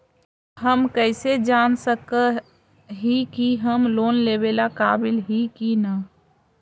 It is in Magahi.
हम कईसे जान सक ही की हम लोन लेवेला काबिल ही की ना?